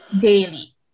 daily